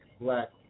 black